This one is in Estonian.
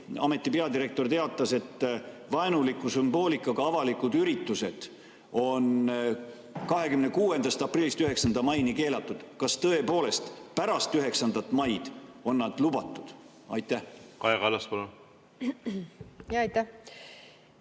peadirektor teatas, et vaenuliku sümboolikaga avalikud üritused on 26. aprillist 9. maini keelatud. Kas tõepoolest pärast 9. maid on need lubatud? Kaja Kallas, palun! Kaja